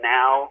now